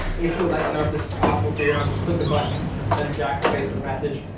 if you would like to know if this is possible for your home just click the button and send jack a facebook message.